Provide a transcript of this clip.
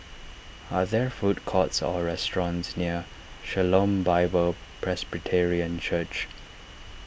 are there food courts or restaurants near Shalom Bible Presbyterian Church